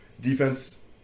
defense